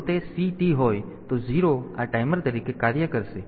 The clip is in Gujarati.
તેથી જો તે CT હોય તો 0 આ ટાઈમર તરીકે કાર્ય કરશે